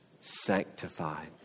sanctified